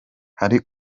hari